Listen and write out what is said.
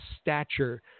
stature